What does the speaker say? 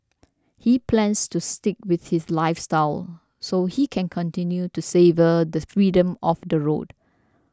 he plans to stick with this lifestyle so he can continue to savour the freedom of the road